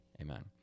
Amen